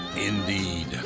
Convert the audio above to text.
Indeed